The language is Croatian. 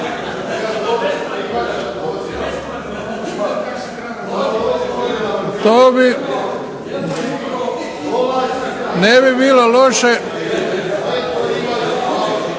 da ne bi bilo loše